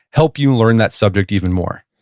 help you learn that subject even more?